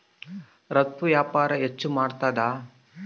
ರಫ್ತು ವ್ಯಾಪಾರ ಹೆಚ್ಚು ಮಾಡ್ತಾದ